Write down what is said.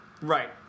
Right